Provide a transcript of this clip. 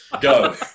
Go